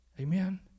Amen